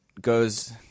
goes